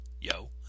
Yo